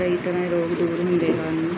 ਕਈ ਤਰ੍ਹਾਂ ਦੇ ਰੋਗ ਦੂਰ ਹੁੰਦੇ ਹਨ